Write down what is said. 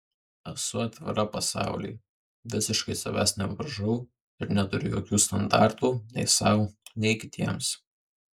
esu atvira pasauliui visiškai savęs nevaržau ir neturiu jokių standartų nei sau nei kitiems